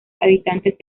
habitantes